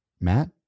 Matt